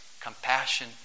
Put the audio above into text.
compassion